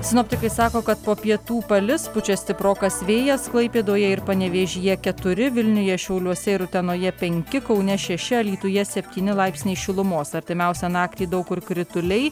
sinoptikai sako kad po pietų palis pučia stiprokas vėjas klaipėdoje ir panevėžyje keturi vilniuje šiauliuose ir utenoje penki kaune šeši alytuje septyni laipsniai šilumos artimiausią naktį daug kur krituliai